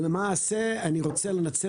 אני רוצה לנצל